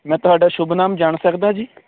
ਮੈਂ ਤੁਹਾਡਾ ਸ਼ੁਭ ਨਾਮ ਜਾਣ ਸਕਦਾ ਜੀ